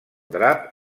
drap